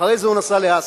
אחרי זה הוא נסע לאסיה,